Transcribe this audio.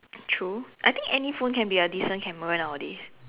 true I think any phone can be a decent camera nowadays